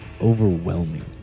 overwhelming